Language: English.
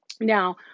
Now